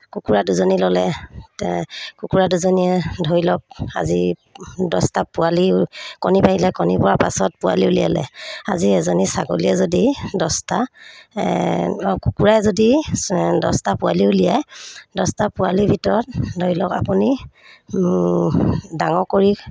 কুকুৰা দুজনী ল'লে তে কুকুৰা দুজনীয়ে ধৰি লওক আজি দহটা পোৱালি কণী পাৰিলে কণী পৰাৰ পাছত পোৱালি উলিয়ালে আজি এজনী ছাগলীয়ে যদি দহটা অ' কুকুৰাই যদি দহটা পোৱালি উলিয়ায় দহটা পোৱালিৰ ভিতৰত ধৰি লওক আপুনি ডাঙৰ কৰি